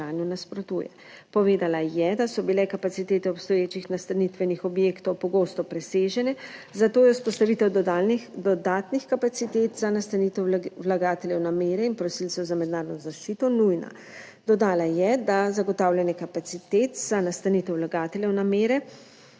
nasprotuje. Povedala je, da so bile kapacitete obstoječih nastanitvenih objektov pogosto presežene, zato je vzpostavitev dodatnih kapacitet za nastanitev vlagateljev namere in prosilcev za mednarodno zaščito nujna. Dodala je, da zagotavljanje kapacitet za nastanitev vlagateljev namere